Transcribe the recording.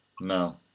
No